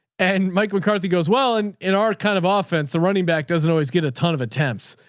and mike mccarthy goes well and in our kind of offense. the running back doesn't always get a ton of attempts.